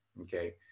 Okay